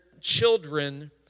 children